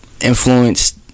influenced